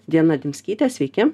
diana dimskytės sveiki